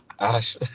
Ash